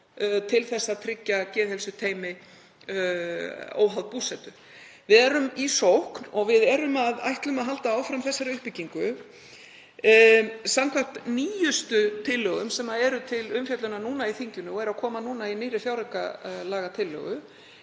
til að tryggja geðheilsuteymi óháð búsetu. Við erum í sókn og við ætlum að halda áfram þessari uppbyggingu. Samkvæmt nýjustu tillögum sem nú eru til umfjöllunar í þinginu, og koma fram í nýrri fjáraukalagatillögu,